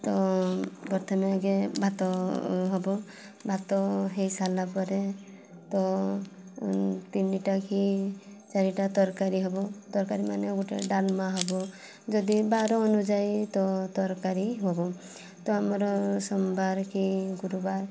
ତ ପ୍ରଥମେ ଆଗେ ଭାତ ହେବ ଭାତ ହେଇ ସାରିଲା ପରେ ତ ତିନିଟା କି ଚାରିଟା ତରକାରୀ ହେବ ତରକାରୀ ମାନେ ଗୋଟେ ଡାଲମା ହେବ ଯଦି ବାର ଅନୁଯାୟୀ ତ ତରକାରୀ ହେବ ତ ଆମର ସୋମବାର କି ଗୁରୁବାର